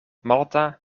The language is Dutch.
malta